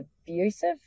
abusive